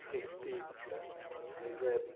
fifty hundred